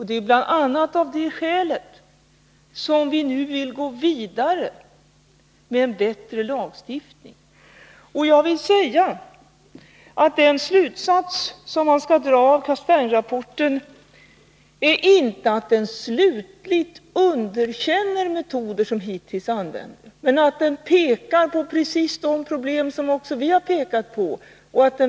Det är bl.a. av det skälet som vi nu vill gå vidare med en förbättrad lagstiftning. Den slutsats som man kan dra av Castaingrapporten är inte att de metoder som hittills använts slutligt underkänns, utan att rapporten pekar på precis de problem som också vi har uppmärksammat.